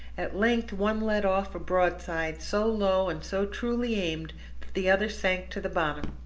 at length one let off a broadside, so low and so truly aimed, that the other sank to the bottom.